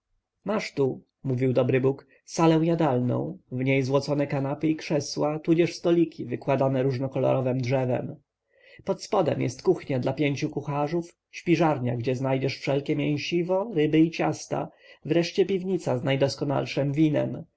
masz tu mówił dobry bóg salę jadalną w niej złocone kanapy i krzesła tudzież stoliki wykładane różnokolorowem drzewem pod spodem jest kuchnia dla pięciu kucharzów śpiżarnia gdzie znajdziesz wszelkie mięsiwo ryby i ciasta wreszcie piwnica z najdoskonalszem winem